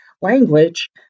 language